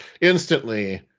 instantly